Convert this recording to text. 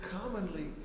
commonly